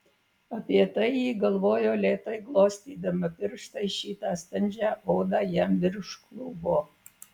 apie tai ji galvojo lėtai glostydama pirštais šiltą standžią odą jam virš klubo